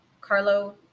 carlo